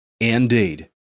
Indeed